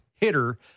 hitter